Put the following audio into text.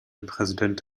präsident